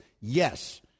Yes